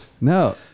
No